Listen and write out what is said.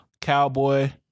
Cowboy